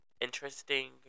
interesting